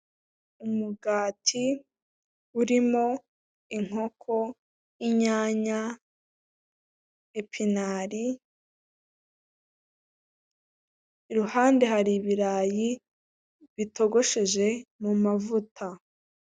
Umugati urimo inkoko, inyanya, epinari, iruhande hari ibirayi bitogosheje mu mavuta.